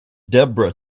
debra